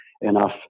enough